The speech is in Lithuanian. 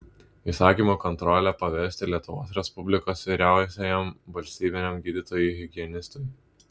įsakymo kontrolę pavesti lietuvos respublikos vyriausiajam valstybiniam gydytojui higienistui